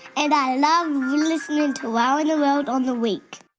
and i love listening to wow in the world on the week